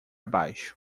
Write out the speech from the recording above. baixo